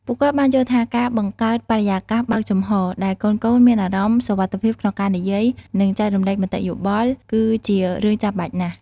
ពួកគាត់បានយល់ថា ការបង្កើតបរិយាកាសបើកចំហរ ដែលកូនៗមានអារម្មណ៍ សុវត្ថិភាពក្នុងការនិយាយ និងចែករំលែកមតិយោបល់ គឺជារឿងចាំបាច់ណាស់។